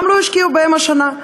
לא השקיעו בהם גם השנה.